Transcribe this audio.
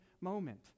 moment